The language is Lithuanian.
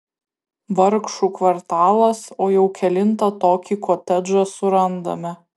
vargšų kvartalas o jau kelintą tokį kotedžą surandame